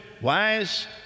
wise